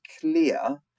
clear